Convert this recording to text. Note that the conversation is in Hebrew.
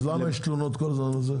אז למה יש תלונות כל הזמן על זה?